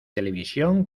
televisión